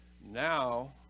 Now